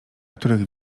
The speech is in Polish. których